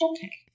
Okay